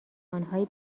آنهایی